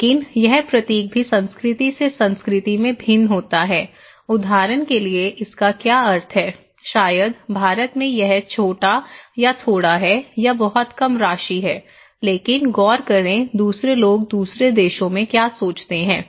लेकिन यह प्रतीक भी संस्कृति से संस्कृति में भिन्न होता है उदाहरण के लिए इसका क्या अर्थ है शायद भारत में यह छोटा या थोडा है यह बहुत कम राशि है लेकिन गौर करें दूसरे लोग दूसरे देशों में क्या सोचते हैं